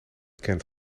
kent